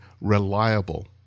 reliable